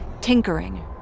tinkering